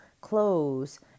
clothes